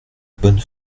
bonne